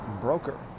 Broker